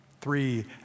Three